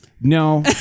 No